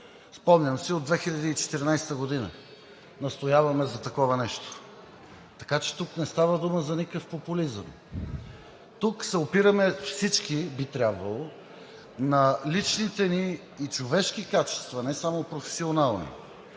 Спомням си, от 2014 г. настояваме за такова нещо, така че тук не става дума за никакъв популизъм. Тук се опираме всички, би трябвало, на личните си и човешки качества, не само професионални,